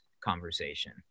conversation